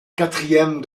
quatrième